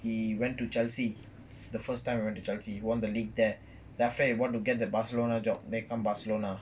he went to chelsea the first time he went to chelsea won the league there then after that he want to get the barcelona job then come barcelona